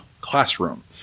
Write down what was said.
classroom